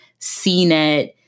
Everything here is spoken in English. CNET